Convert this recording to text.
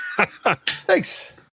thanks